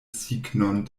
signon